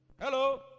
Hello